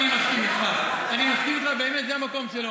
אני מסכים איתך באמת, זה המקום שלו,